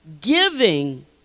giving